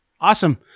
Awesome